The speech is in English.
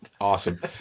Awesome